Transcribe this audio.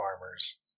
farmers